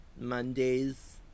Mondays